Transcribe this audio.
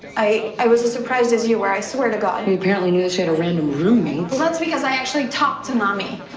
i i was as surprised as you were. i swear to god you apparently knew that she had a random roommate well, that's because i actually talk to mami